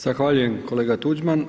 Zahvaljujem kolega Tuđman.